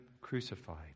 crucified